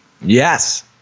Yes